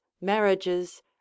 marriages